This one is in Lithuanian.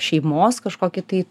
šeimos kažkokį tai